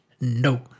no